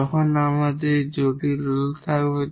এবং যখন আমাদের কমপ্লেক্স রুট থাকবে